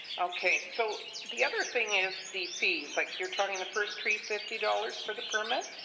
okay. so the other thing is the fees. like, you're talking the first tree, fifty dollars for the permit.